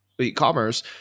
e-commerce